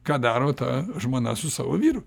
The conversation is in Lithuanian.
ką daro tą žmona su savo vyru